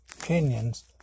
opinions